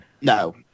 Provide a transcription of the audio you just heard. No